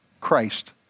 Christ